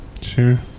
Sure